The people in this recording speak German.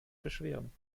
beschweren